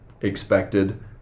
expected